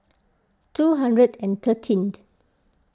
two hundred and thirteen